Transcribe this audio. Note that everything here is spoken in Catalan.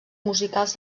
musicals